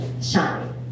Shine